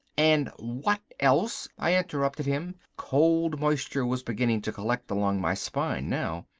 and what else! i interrupted him. cold moisture was beginning to collect along my spine now.